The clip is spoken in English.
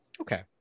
Okay